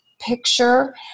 picture